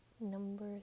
Number